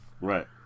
right